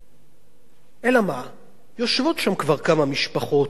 יושבות שם כבר כמה מאות משפחות בחריש,